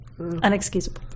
unexcusable